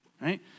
right